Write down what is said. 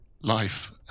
life